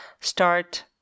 start